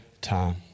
time